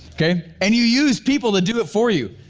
okay? and you use people to do it for you.